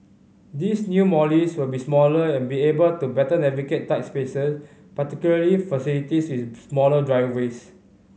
these new Mollies will be smaller and be able to better navigate tight spaces particularly facilities with smaller driveways